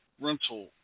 rental